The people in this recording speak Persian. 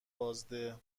بازده